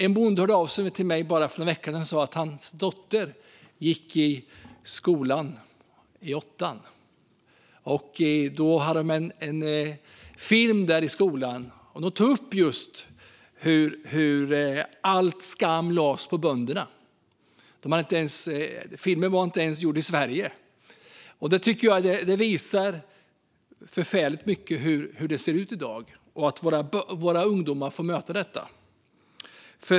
En bonde hörde av sig till mig för en vecka sedan och sa att hans dotter som gick i åttan hade fått se en film i skolan där all skam lades på bönderna. Filmen var inte ens gjord i Sverige. Att våra ungdomar får möta detta tycker jag, handen på hjärtat, visar hur förfärligt det ser ut i dag.